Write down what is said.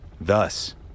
Thus